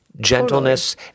gentleness